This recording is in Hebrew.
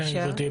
כן גברתי,